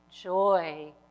joy